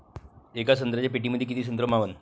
येका संत्र्याच्या पेटीमंदी किती संत्र मावन?